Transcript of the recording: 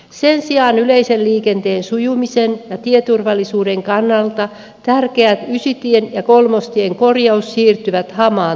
sen sijaan yleisen liikenteen sujumisen ja tieturval lisuuden kannalta tärkeät ysitien ja kolmostien korjaukset siirtyvät hamaan tulevaisuuteen